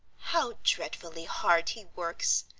how dreadfully hard he works,